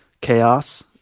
chaos